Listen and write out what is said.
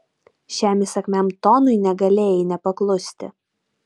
šiam įsakmiam tonui negalėjai nepaklusti